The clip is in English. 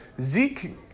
Zeke